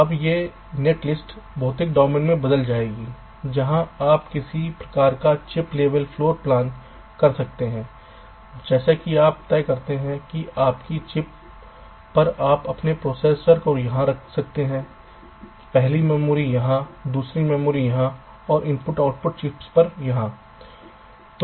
अब ये net list भौतिक डोमेन में बदल जाएगी जहां आप किसी प्रकार का चिप लेवेल फ्लोर प्लान कर सकते हैं जैसे कि आप तय करते हैं कि आपकी चिप पर आप अपने प्रोसेसर को यहां रख सकते हैं पहली मेमोरी यहां दूसरी मेमोरी यहां I O चिप्स यहां